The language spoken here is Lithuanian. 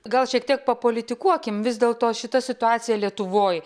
gal šiek tiek papolitikuokim vis dėlto šita situacija lietuvoj